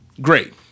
Great